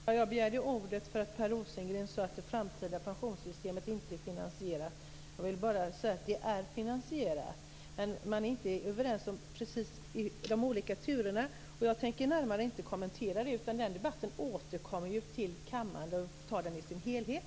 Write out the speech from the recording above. Herr talman! Jag begärde ordet därför att Per Rosengren sade att det framtida pensionssystemet inte är finansierat. Jag vill bara säga att det är finansierat, men man är inte helt överens om de olika turerna. Jag tänker inte närmare kommentera det. Den debatten återkommer till kammaren, och då får vi ta den i sin helhet.